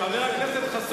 לא,